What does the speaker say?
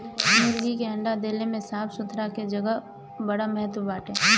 मुर्गी के अंडा देले में साफ़ सुथरा जगह कअ बड़ा महत्व बाटे